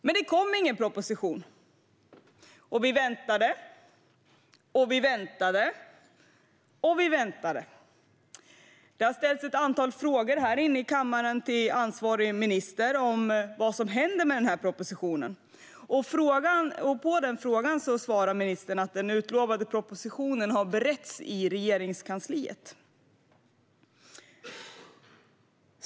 Men det kom ingen proposition, och vi väntade, vi väntade och vi väntade. Det har ställts ett antal frågor här inne i kammaren till ansvarig minister om vad som händer med propositionen. På frågorna har ministern svarat att den har beretts i Regeringskansliet.